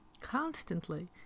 constantly